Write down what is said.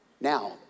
Now